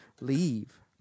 leave